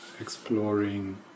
exploring